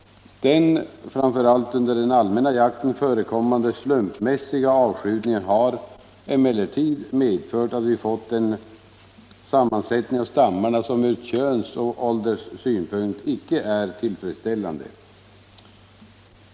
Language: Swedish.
Den —- framför allt under den allmänna jakten — förekommande slumpmässiga avskjutningen har emellertid medfört, att vi fått en sammansättning av stammarna som ur könsoch ålderssynpunkt icke är tillfredsställande.